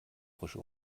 frische